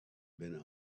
been